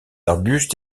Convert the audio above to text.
arbuste